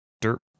dirt